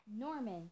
Norman